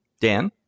Dan